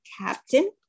captain